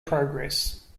progress